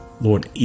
Lord